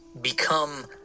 become